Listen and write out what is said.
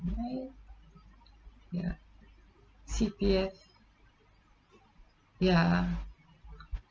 ya C_P_F ya